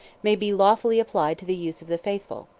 may be lawfully applied to the use of the faithful.